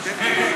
כן, כן.